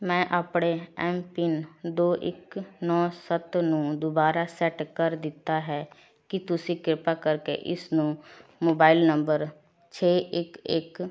ਮੈ ਆਪਣੇ M PIN ਦੋ ਇੱਕ ਨੌ ਸੱਤ ਨੂੰ ਦੁਬਾਰਾ ਸੈੱਟ ਕਰ ਦਿੱਤਾ ਹੈ ਕੀ ਤੁਸੀਂ ਕ੍ਰਿਪਾ ਕਰਕੇ ਇਸਨੂੰ ਮੋਬਾਇਲ ਨੰਬਰ ਛੇ ਇੱਕ ਇੱਕ